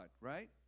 right